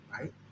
right